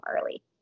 early